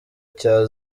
cya